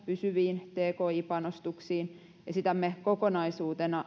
pysyviin tki panostuksiin esitämme kokonaisuutena